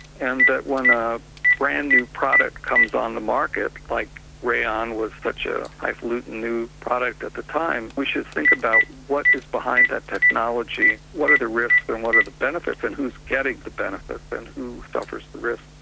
and that when a brand-new product comes on the market like rayon with such a highfalutin new product at the time, we should think about what is behind that technology, what are the risks and what are the benefits and who is getting the but and who suffers the risk.